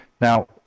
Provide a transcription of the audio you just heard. Now